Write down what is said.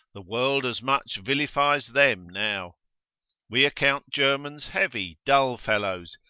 the world as much vilifies them now we account germans heavy, dull fellows,